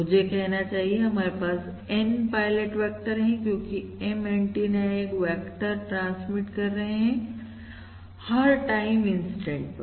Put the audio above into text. मुझे कहना चाहिए हमारे पास N पायलट वेक्टर है क्योंकि M एंटीना एक वेक्टर ट्रांसमिट कर रहे हैं हर टाइम इंसटेंट पर